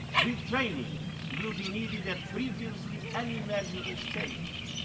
retraining will be needed at previously unimaginable scales.